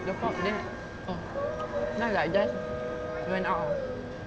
the fuck then oh then I just went out lah